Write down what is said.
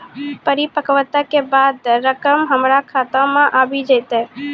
परिपक्वता के बाद रकम हमरा खाता मे आबी जेतै?